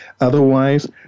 Otherwise